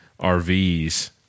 RVs